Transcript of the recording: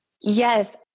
Yes